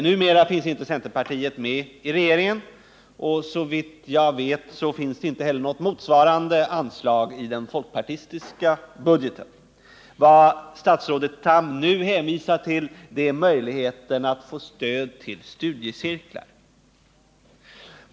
Numera finns inte centerpartiet med i regeringen, och såvitt jag vet finns det inte heller något motsvarande anslag i den folkpartistiska budgeten. Vad statsrådet Tham nu hänvisar till är möjligheten att få stöd till studiecirklar.